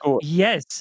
Yes